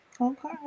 okay